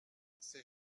c’est